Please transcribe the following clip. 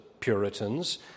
Puritans